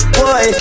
boy